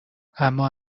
اما